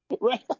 Right